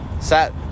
Sat